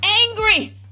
angry